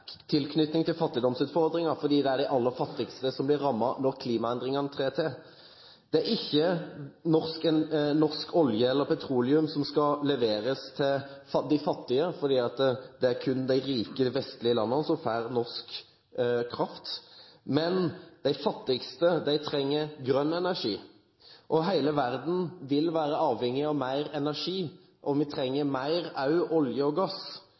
fordi det er de aller fattigste som blir rammet når klimaendringene inntreffer. Det er ikke norsk olje eller petroleum som skal leveres til de fattige, for det er kun de rike vestlige landene som får norsk kraft. Men de fattigste trenger grønn energi. Hele verden vil være avhengig av mer energi, og vi trenger også mer olje og gass